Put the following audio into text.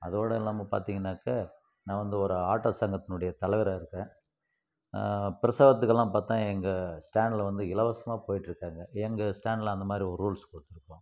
அதோடு இல்லாமல் பார்த்திங்கனாக்கா நான் வந்து ஒரு ஆட்டோ சங்கத்தினுடைய தலைவராக இருக்கேன் பிரசவத்துக்கெல்லாம் பார்த்தா எங்கள் ஸ்டாண்டில் வந்து இலவசமாக போய்கிட்ருக்காங்க எங்கள் ஸ்டாண்டில் அந்தமாதிரி ஒரு ரூல்ஸ் போட்டிருக்கோம்